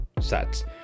sets